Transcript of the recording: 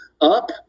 up